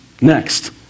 Next